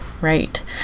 Right